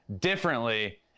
differently